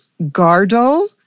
Gardel